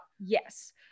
Yes